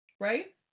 Right